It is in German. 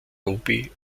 ruby